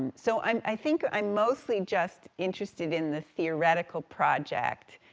so, i think i'm mostly just interested in the theoretical project,